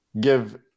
give